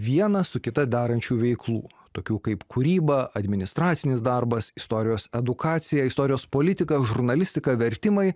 viena su kita darančių veiklų tokių kaip kūryba administracinis darbas istorijos edukacija istorijos politika žurnalistika vertimai